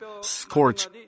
scorch